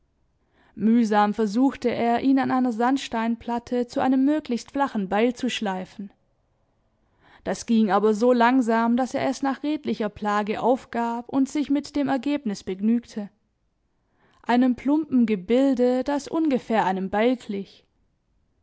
mühsam versuchte er ihn an einer sandsteinplatte zu einem möglichst flachen beil zu schleifen das ging aber so langsam daß er es nach redlicher plage aufgab und sich mit dem ergebnis begnügte einem plumpen gebilde das ungefähr einem beil